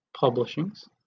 publishings